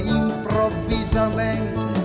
improvvisamente